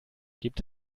gibt